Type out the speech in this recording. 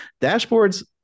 Dashboards